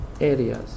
areas